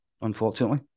unfortunately